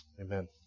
Amen